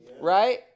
right